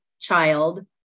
child